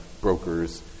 brokers